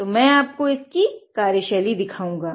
तो मै आपको इसकी कार्यशैली दिखाऊंगा